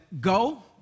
go